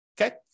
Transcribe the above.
okay